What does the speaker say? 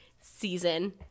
season